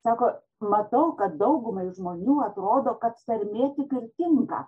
sako matau kad daugumai žmonių atrodo kad tarmė tik ir tinka